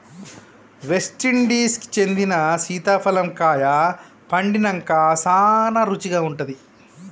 West Indies కి చెందిన సీతాఫలం కాయ పండినంక సానా రుచిగా ఉంటాది